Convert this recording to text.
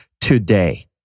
today